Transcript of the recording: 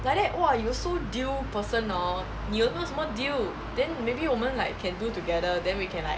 like that you so deal person hor 你有没有什么 deal then maybe 我们 like can do together then we can like